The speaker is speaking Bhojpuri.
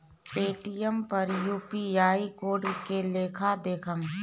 पेटीएम पर यू.पी.आई कोड के लेखा देखम?